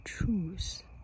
choose